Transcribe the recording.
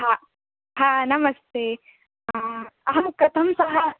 हा हा नमस्ते अहं कथं सह